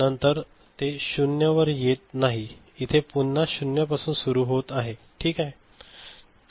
तर नंतर ते 0 वर येत नाही इथे पुन्हा 0 पासून सुरू होत आहे ठीक आहे